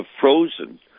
frozen